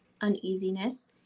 uneasiness